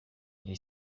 les